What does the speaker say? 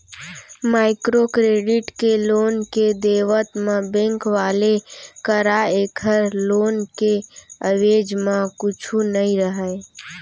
micro credit के loan के देवत म बेंक वाले करा ऐखर लोन के एवेज म कुछु नइ रहय